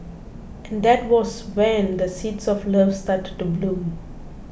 and that was when the seeds of love started to bloom